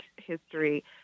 history